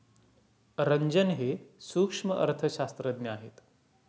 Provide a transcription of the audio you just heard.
रंजन हे सूक्ष्म अर्थशास्त्रज्ञ आहेत